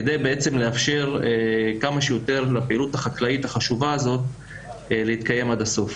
כדי בעצם לאפשר כמה שיותר לפעילות החקלאית החשובה הזאת להתקיים עד הסוף.